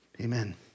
Amen